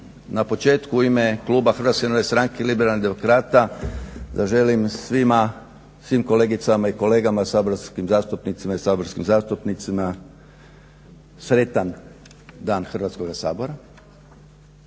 na početku u ime kluba Hrvatske narodne stranke Liberalnih demokrata zaželim svima, svim kolegicama i kolegama saborskim zastupnicima i saborskih zastupnicama sretan Dan Hrvatskoga sabora